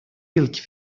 yılki